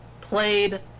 played